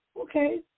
Okay